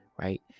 right